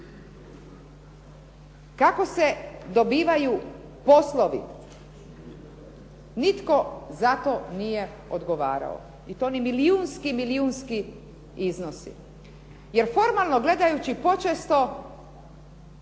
Kako se dobivaju poslovi, nitko za to nije odgovarao i to oni milijunski iznosi. Jer formalno gledajući počesto